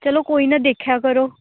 ਚਲੋ ਕੋਈ ਨਾ ਦੇਖਿਆ ਕਰੋ